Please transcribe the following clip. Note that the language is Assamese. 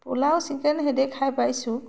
পোলাও চিকেন সেইদে খাই পাইছোঁ